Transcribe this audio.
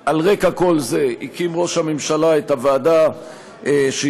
על רקע כל זה הקים ראש הממשלה את הוועדה שידועה